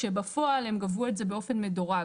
כשבפועל הם גבו את זה באופן מדורג.